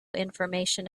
information